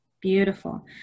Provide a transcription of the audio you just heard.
Beautiful